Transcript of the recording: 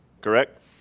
correct